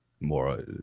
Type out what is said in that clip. more